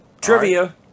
Trivia